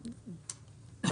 בכתב,